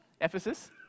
Ephesus